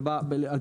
האירופי.